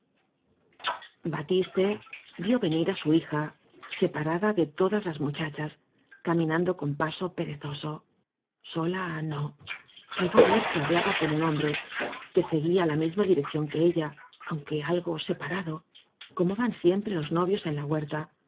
batiste vió venir á su hija separada de to das las muchachas caminando con paso pere zoso sola no creyó ver que hablaba con un hombre que seguía la misma dirección que ella aunque algo separado como van siempre los novios en la huerta